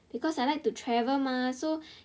because I like to travel mah so